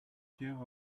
care